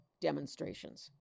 demonstrations